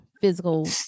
physical